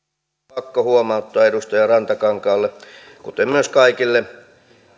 pakko huomauttaa edustaja rantakankaalle kuten myös kaikille